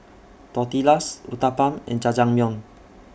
Tortillas Uthapam and Jajangmyeon